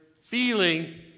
feeling